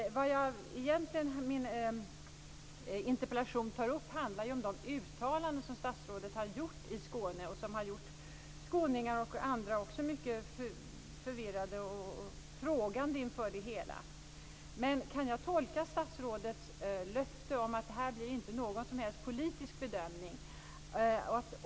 Min interpellation handlar ju egentligen om de uttalanden som statsrådet har gjort i Skåne och som har gjort skåningar och andra mycket förvirrade och frågande inför det hela. Men kan jag tolka statsrådets löfte om att det inte blir någon som helst politisk bedömning.